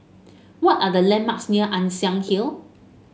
what are the landmarks near Ann Siang Hill